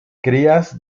crías